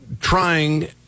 trying